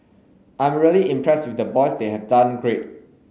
I'm really impressed with the boys they have done great